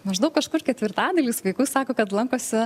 maždaug kažkur ketvirtadalis vaikų sako kad lankosi